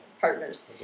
partners